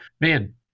man